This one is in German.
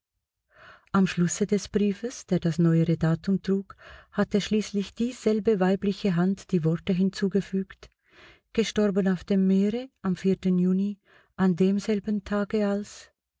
am schlusse des briefes der das neuere datum trug hatte schließlich dieselbe weibliche hand die worte hinzugefügt gestorben auf dem meere am juni an demselben tage als